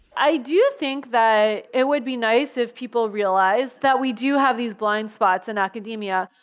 i do think that it would be nice if people realized that we do have these blind spots in academia,